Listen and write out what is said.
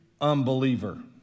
unbeliever